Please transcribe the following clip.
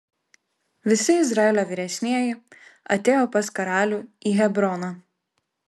visi izraelio vyresnieji atėjo pas karalių į hebroną